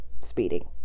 speeding